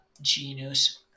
genus